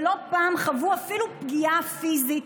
ולא פעם חוו אפילו פגיעה פיזית,